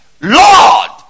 Lord